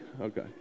okay